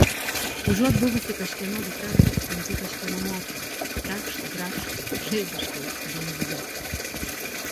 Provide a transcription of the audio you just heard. užuot buvusi kažkieno dukra tampi kažkieno motina trakšt brakšt žaibiškai viens du